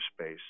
space